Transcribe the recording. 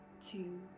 two